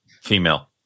female